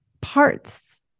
parts